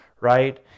right